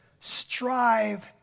strive